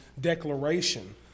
Declaration